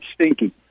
stinky